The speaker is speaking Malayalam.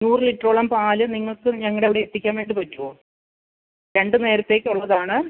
നൂറ് ലിറ്ററോളം പാല് നിങ്ങൾക്ക് ഞങ്ങളുടെ അവിടെ എത്തിക്കാനായിട്ട് പറ്റുമോ രണ്ട് നേരത്തേക്ക് ഉള്ളതാണ്